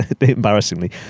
embarrassingly